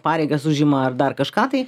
pareigas užima ar dar kažką tai